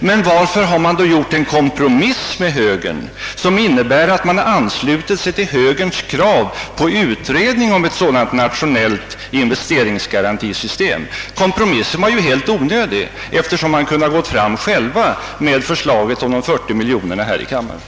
Men varför har man då enats om en kompromiss, som innebär att man anslutit sig till högerns krav på utredning om ett nationellt investeringsgarantisystem? Kompromissen var ju helt onödig, eftersom socialdemokraterna själva kunde ha framlagt förslag om dessa 40 miljoner här i kammaren.